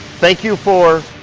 thank you for